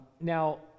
Now